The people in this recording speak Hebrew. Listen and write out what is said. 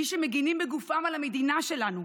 למי שמגינים בגופם על המדינה שלנו,